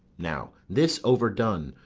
now, this overdone,